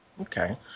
Okay